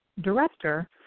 director